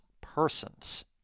persons